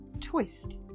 twist